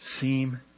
seem